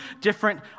different